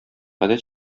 гадәт